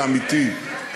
כמה זה אמיתי.